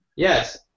Yes